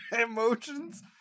emotions